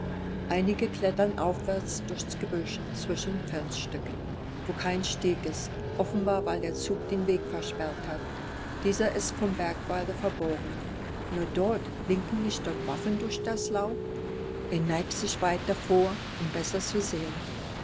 einige klettern aufwärts durchs gebüsch zwischen felsstücken wo kein steg ist offenbar weil der zug den weg versperrt hat dieser ist vom bergwalde verborgen nur dort blinken nicht dort waffen durch das laub er neigt sich weiter vor um besser zu sehen